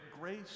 grace